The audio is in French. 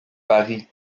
paris